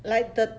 like the